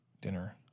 dinner